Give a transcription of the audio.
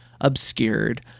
obscured